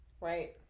Right